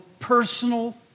personal